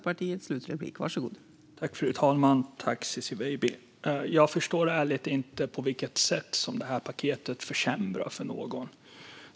Fru talman! Jag förstår ärligt inte på vilket sätt det här paketet försämrar för någon.